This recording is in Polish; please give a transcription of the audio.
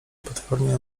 potwornie